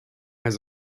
has